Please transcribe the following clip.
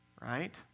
right